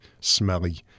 smelly